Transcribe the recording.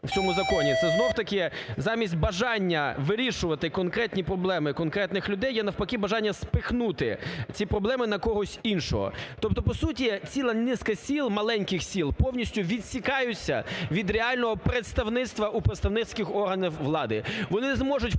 у цьому законі, це знов-таки замість бажання вирішувати конкретні проблеми конкретних людей є навпаки бажання спихнути ці проблеми на когось іншого. Тобто по суті ціла низка сіл, маленьких сіл повністю відсікаються від реального представництва у представницьких органах влади. Вони не зможуть впливати